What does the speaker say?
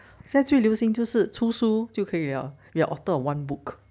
现在最流行就是出书就可以了 you're author of one book